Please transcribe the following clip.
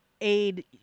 aid